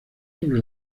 sobre